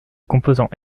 composant